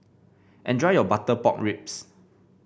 enjoy your Butter Pork Ribs